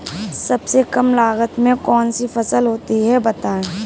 सबसे कम लागत में कौन सी फसल होती है बताएँ?